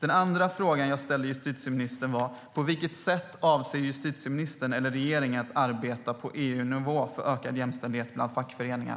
På vilket sätt avser justitieministern eller regeringen att arbeta på EU-nivå för ökad jämställdhet bland fackföreningar?